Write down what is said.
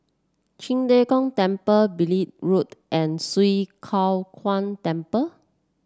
Qing De Gong Temple Beaulieu Road and Swee Kow Kuan Temple